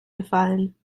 gefallen